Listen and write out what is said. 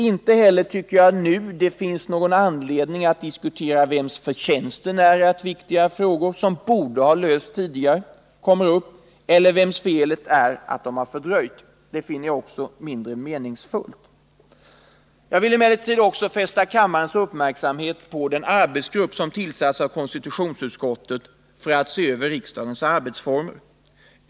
Inte heller tycker jag det finns någon anledning att nu diskutera vems förtjänsten är att viktiga frågor som borde ha lösts tidigare slutligen kommer upp eller vems felet är att detta har fördröjts. Det finner jag mindre meningsfullt. Jag vill emellertid också fästa kammarens uppmärksamhet på den arbetsgrupp som tillsatts av konstitutionsutskottet för att se över riksdagens arbetsformer.